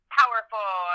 powerful